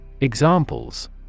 Examples